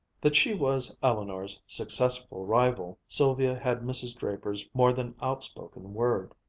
that she was eleanor's successful rival, sylvia had mrs. draper's more than outspoken word.